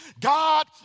God